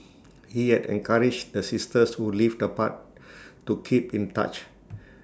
he had encouraged the sisters who lived apart to keep in touch